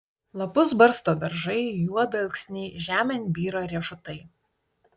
lapus barsto beržai juodalksniai žemėn byra riešutai